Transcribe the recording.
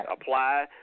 apply